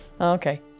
Okay